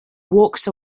walked